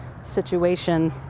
situation